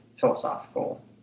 philosophical